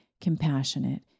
compassionate